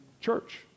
church